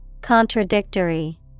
Contradictory